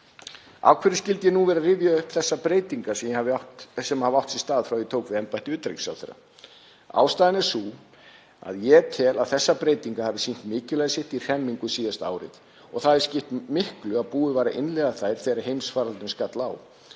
Af hverju skyldi ég nú vera að rifja upp þær breytingar sem hafa átt sér stað frá því að ég tók við embætti utanríkisráðherra? Ástæðan er sú að ég tel að þær breytingar hafi sýnt mikilvægi sitt í hremmingum síðasta árið og að það hafi skipt miklu að búið var að innleiða þær þegar heimsfaraldurinn skall á.